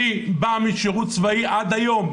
אני עושה שירות צבאי עד היום,